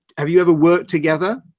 have you ever worked together?